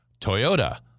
Toyota